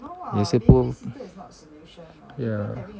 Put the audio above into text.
也是不 yeah